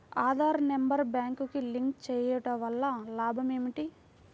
Aadhaar number బ్యాంక్నకు link చేయుటవల్ల లాభం ఏమిటి?